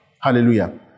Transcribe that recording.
Hallelujah